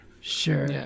Sure